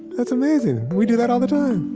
it's amazing. we do that all the time.